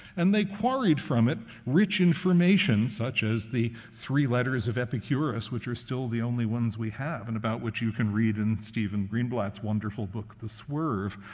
and they quarried from it rich information, such as the three letters of epicurus, which are still the only ones we have, and about which you can read in stephen greenblatt's wonderful book the swerve.